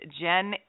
Jen